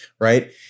right